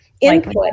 input